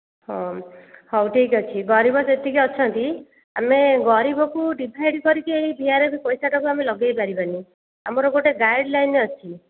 ହଁ ହଉ ଠିକ୍ ଅଛି ଗରିବ ଯେତିକି ଅଛନ୍ତି ଆମେ ଗରିବକୁ ଡିଭାଇଡ୍ କରିକି ଭି ଆର ଏଫ୍ ପଇସାଟାକୁ ଆମେ ଲଗେଇପାରିବାନି ଆମର ଗୋଟେ ଗାଇଡ଼୍ଲାଇନ ଅଛି